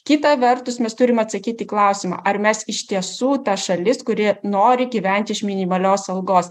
kita vertus mes turim atsakyt į klausimą ar mes iš tiesų ta šalis kuri nori gyvent iš minimalios algos